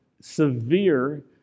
severe